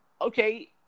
okay